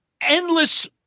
endless